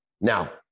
Now